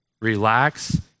Relax